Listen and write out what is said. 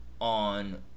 on